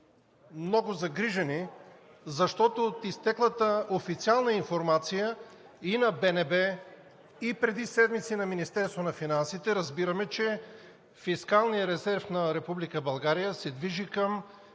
много загрижени, защото от изтеклата официална информация и на БНБ, и преди седмици на Министерството на финансите разбираме, че фискалният резерв на Република